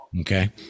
okay